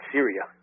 Syria